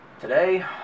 Today